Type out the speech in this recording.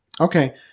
Okay